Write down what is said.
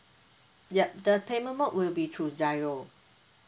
yup the payment mode will be through GIRO